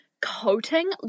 coating